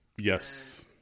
Yes